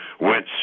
went